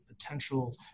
potential